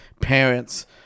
parents